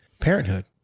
parenthood